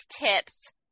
tips